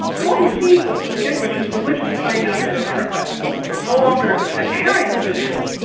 so what we see with newt gingrich is religion playing out in a different way no longer sectarian divisions,